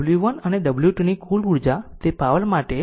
હવે w 1 w 2 ની કુલ ઉર્જા તે પાવર માટે 2